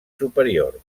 superior